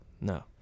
No